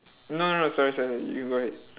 no no sorry sorry you go ahead